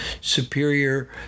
superior